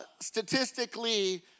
statistically